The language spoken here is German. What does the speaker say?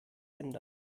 ändern